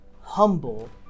Humble